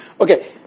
Okay